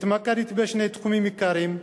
התמקדתי בשני תחומים עיקריים: